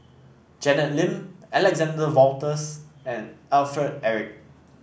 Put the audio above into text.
Janet Lim Alexander Wolters and Alfred Eric